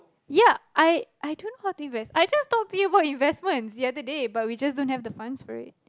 ya I I don't know how to invest I just talk to you about investments the other day but we just don't have the funds for it